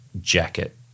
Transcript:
jacket